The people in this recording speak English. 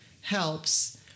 helps